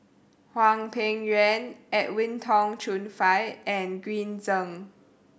Hwang Peng Yuan Edwin Tong Chun Fai and Green Zeng